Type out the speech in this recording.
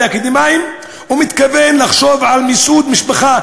האקדמיים ומתכוון לחשוב על מיסוד משפחה.